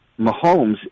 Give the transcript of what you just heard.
Mahomes